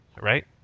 right